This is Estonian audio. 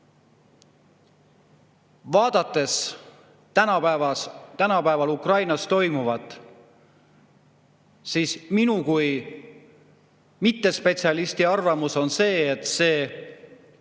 Vaadates tänapäeval Ukrainas toimuvat, siis minu kui mittespetsialisti arvamus on, et selline